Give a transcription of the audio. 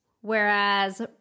Whereas